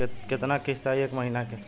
कितना किस्त आई एक महीना के?